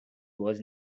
was